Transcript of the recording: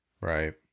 Right